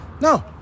No